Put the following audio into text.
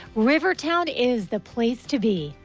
river town is the place to be.